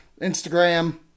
Instagram